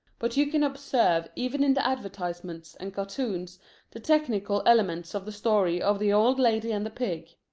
but you can observe even in the advertisements and cartoons the technical elements of the story of the old lady and the pig.